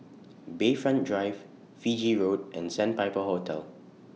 Bayfront Drive Fiji Road and Sandpiper Hotel